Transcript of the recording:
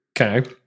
Okay